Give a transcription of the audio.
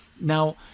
Now